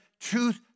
truth